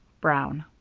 brown.